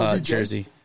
jersey